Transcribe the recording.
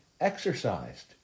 exercised